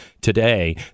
today